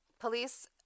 Police